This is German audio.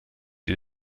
die